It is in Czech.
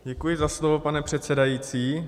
Děkuji za slovo, pane předsedající.